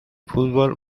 fútbol